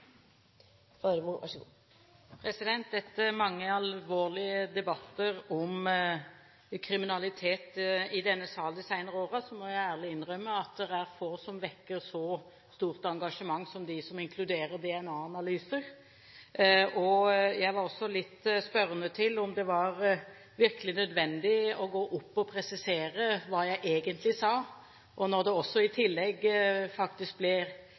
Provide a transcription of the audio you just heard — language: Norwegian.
mange alvorlige debatter om kriminalitet i denne sal de senere årene må jeg ærlig innrømme at det er få som vekker så stort engasjement som dem som inkluderer DNA-analyser. Jeg var også litt spørrende til om det virkelig var nødvendig å gå opp og presisere hva jeg egentlig sa. Når det også i tillegg faktisk